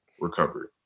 recovery